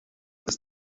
ist